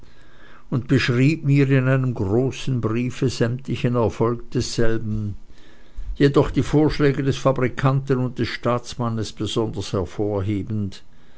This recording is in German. und beschrieb mir in einem großen briefe sämtlichen erfolg desselben jedoch die vorschläge des fabrikanten und des staatsmannes besonders hervorhebend